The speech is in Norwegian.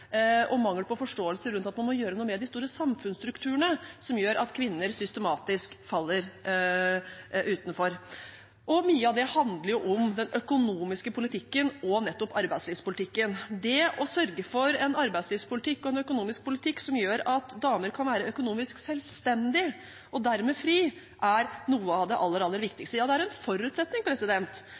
og mangel på forståelse rundt at man må gjøre noe med de store samfunnsstrukturene som gjør at kvinner systematisk faller utenfor. Mye av det handler om den økonomiske politikken og arbeidslivspolitikken. Det å sørge for en arbeidslivspolitikk og en økonomisk politikk som gjør at damer kan være økonomisk selvstendige og dermed fri, er noe av det aller, aller viktigste – ja, det er en forutsetning